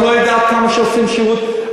את לא יודעת כמה שעושים שירות.